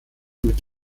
mit